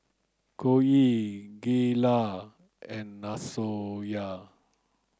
Coen Gayla and Lasonya